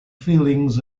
feelings